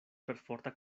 perforta